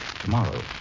tomorrow